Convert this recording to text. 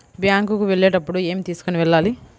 Bank కు వెళ్ళేటప్పుడు ఏమి తీసుకొని వెళ్ళాలి?